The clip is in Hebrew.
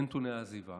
אלה נתוני העזיבה.